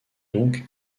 donc